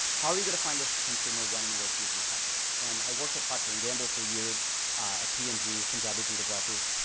how are you going to find this consumer when and where she's receptive? and i worked at procter and gamble for years at p and g, punjabis and gujaratis.